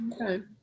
Okay